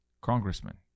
congressman